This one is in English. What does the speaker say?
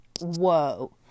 whoa